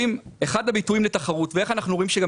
אחד הביטויים לתחרות ואיך אנחנו רואים שגם